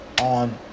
on